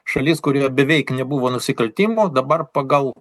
šalis kurioje beveik nebuvo nusikaltimų dabar pagal